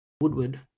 Woodward